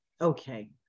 Okay